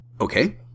Okay